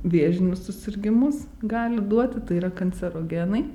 vėžinius susirgimus gali duoti tai yra kancerogenai